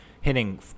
hitting